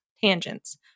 tangents